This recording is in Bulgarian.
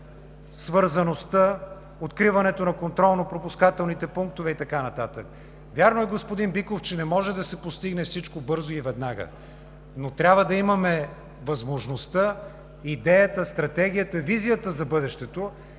свързаността, откриването на контролно-пропускателните пунктове и така нататък. Вярно е, господин Биков, че не може да се постигне всичко бързо и веднага. Но трябва да имаме възможността, идеята, стратегията, визията за бъдещето